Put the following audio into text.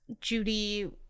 Judy